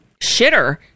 shitter